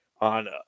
on